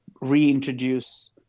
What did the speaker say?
reintroduce